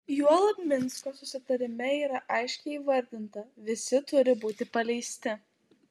juolab minsko susitarime yra aiškiai įvardinta visi turi būti paleisti